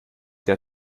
der